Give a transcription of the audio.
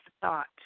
thought